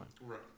Right